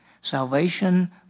Salvation